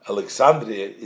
Alexandria